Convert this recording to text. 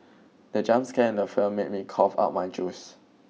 the jump scare in the film made me cough out my juice